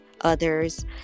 others